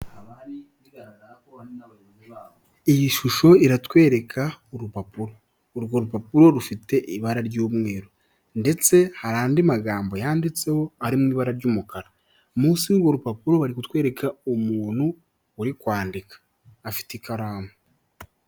Iyi shusho iratwereka urupapuro, urwo rupapuro rufite ibara ry'umweru, ndetse hari andi magambo yanditseho arimo ibara ry'umukara, munsi y'urwo rupapuro bari kutwereka umuntu uri kwandika afite ikaramu.